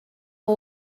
who